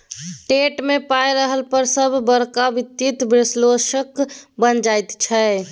TET मे पाय रहला पर सभ बड़का वित्तीय विश्लेषक बनि जाइत छै